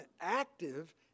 active